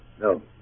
no